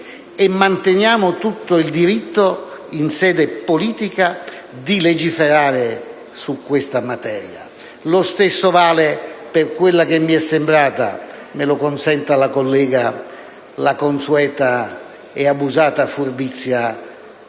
e manteniamo tutto il diritto, in sede politica, di legiferare su questa materia. Lo stesso vale per quella che mi è sembrata - me lo consenta la collega - la consueta e abusata furbizia